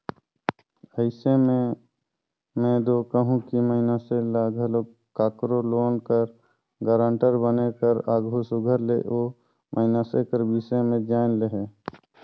अइसे में में दो कहूं कि मइनसे ल घलो काकरो लोन कर गारंटर बने कर आघु सुग्घर ले ओ मइनसे कर बिसे में जाएन लेहे